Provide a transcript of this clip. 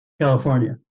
california